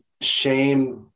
shame